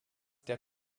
der